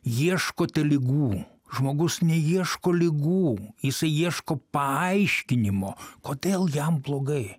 ieškote ligų žmogus neieško ligų jisai ieško paaiškinimo kodėl jam blogai